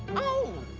oh,